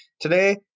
Today